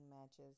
matches